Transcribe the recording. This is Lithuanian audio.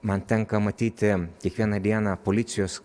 man tenka matyti kiekvieną dieną policijos